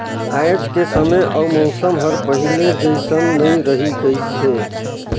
आयज के समे अउ मउसम हर पहिले जइसन नइ रही गइस हे